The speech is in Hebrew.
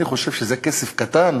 אני חושב שזה כסף קטן,